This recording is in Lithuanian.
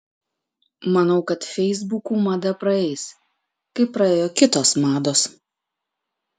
manau kad feisbukų mada praeis kaip praėjo kitos mados